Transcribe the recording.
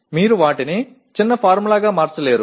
మీరు వాటిని చిన్న ఫార్ములాగా మార్చలేరు